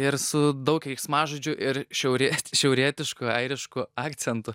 ir su daug keiksmažodžių ir šiaurie šiaurietišku airišku akcentu